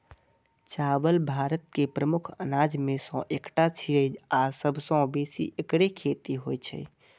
चावल भारत के प्रमुख अनाज मे सं एकटा छियै आ सबसं बेसी एकरे खेती होइ छै